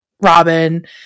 Robin